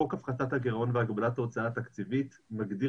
חוק הפחתת הגירעון והגבלת ההוצאה התקציבית מגדיר